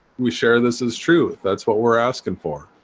we share. this is true. that's what we're asking for